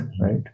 right